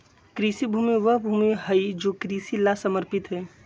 कृषि भूमि वह भूमि हई जो कृषि ला समर्पित हई